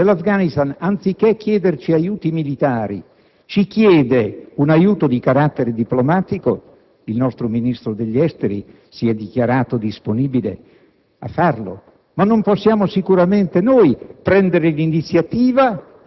Se quel Paese, anziché chiederci aiuti militari, ci chiede un aiuto di carattere diplomatico, il nostro Ministro degli esteri si è dichiarato disponibile